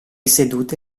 sedute